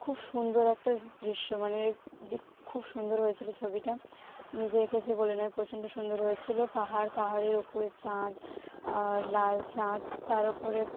খুব সুন্দর একটা দৃশ্য মানে খুব সুন্দর হয়েছিল ছবিটা নিজে এঁকেছি বলে নয় প্রচণ্ড সুন্দর হয়েছিল পাহাড় পাহাড়ের ওপরে চাঁদ আর লাল চাঁদ তার ওপরে